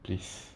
please